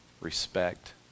respect